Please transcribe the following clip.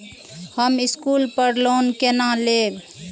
हम स्कूल पर लोन केना लैब?